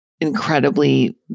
incredibly